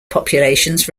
populations